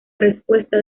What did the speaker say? respuesta